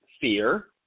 Fear